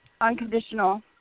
Unconditional